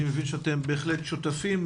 אני מבין שאתם בהחלט שותפים,